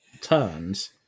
turns